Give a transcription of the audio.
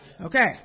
Okay